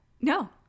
No